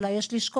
אולי יש לשקול,